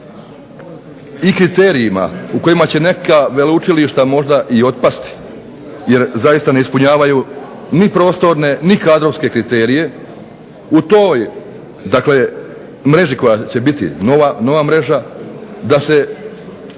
i kriterijima u kojima će neka veleučilišta možda i otpasti jer zaista ne ispunjavaju ni prostorne ni kadrovske kriterije u toj dakle mreži koja će biti nova mreža da se